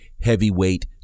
Heavyweight